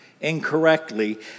incorrectly